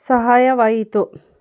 ಸಹಾಯವಾಯಿತು